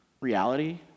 reality